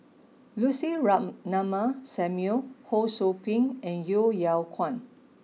Lucy Ratnammah Samuel Ho Sou Ping and Yeo Yeow Kwang